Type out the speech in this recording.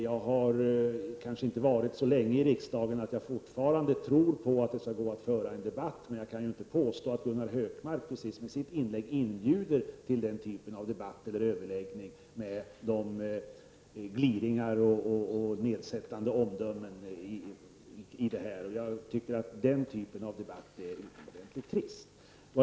Jag har kanske inte varit så länge i riksdagen och tror fortfarande på att det skall gå att föra en debatt. Men jag kan inte påstå att Gunnar Hökmark med sitt inlägg med gliringar och nedsättande omdömen inbjuder till debatt eller överläggning. Jag tycker att den typen av debatt är utomordentligt trist.